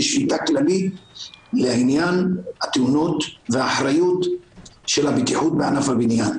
שביתה כללית לעניין התאונות והאחריות של הבטיחות בענף הבניין.